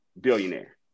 Billionaire